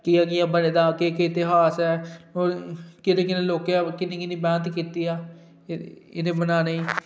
कियां कियां बने दा केह् केह् इतिहास ऐ कुनै कुनै लोकें किन्नी किन्नी मैह्नत कीती ऐ इनें बनाने ई